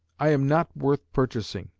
i am not worth purchasing,